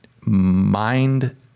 mind